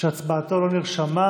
שהצבעתו לא נרשמה?